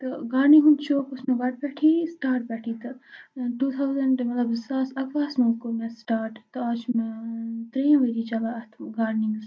تہٕ گاڈنِںٛگ ہُنٛد شوق اوس مےٚ گۄڈٕ پٮ۪ٹھٕے سٹاٹ پٮ۪ٹھٕے تہٕ ٹوٗ تھَوزَنٛٹہٕ مطلب زٕ ساس اَکہٕ وُہَس منٛز کوٚر مےٚ سٹاٹ تہٕ آز چھِ مےٚ ترٛیٚیِم ؤری چَلان اَتھ گاڈنِنٛگَس